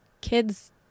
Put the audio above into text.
Kids